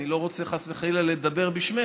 אני לא רוצה חס וחלילה לדבר בשמך,